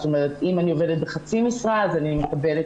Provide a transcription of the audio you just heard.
זאת אומרת אם אני עובדת בחצי משרה אז אני מקבלת